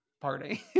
party